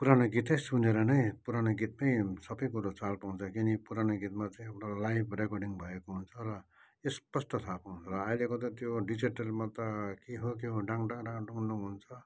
पुरानो गीतै सुनेर नै पुरानो गीतमै सबै कुरो चाल पाउँछ किनकि पुरानो गीतमा चाहिँ एउटा लाइभ रेकर्डिङ भएको हुन्छ र स्पष्ट थाहा पाउंँछ र अहिलेको त त्यो डिजिटलमा त के हो के हो डाङडाङ र डुङडुङ हुन्छ